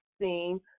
seen